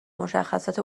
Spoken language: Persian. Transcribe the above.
مشخصات